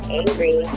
angry